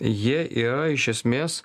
jie yra iš esmės